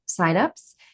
signups